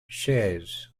shares